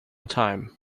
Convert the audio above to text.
time